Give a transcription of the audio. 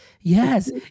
yes